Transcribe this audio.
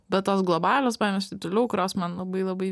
bet tos globalios baimės taip toliau kurios man labai labai